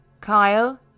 Kyle